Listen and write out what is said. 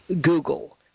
Google